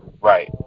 Right